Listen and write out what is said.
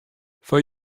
foar